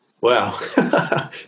Wow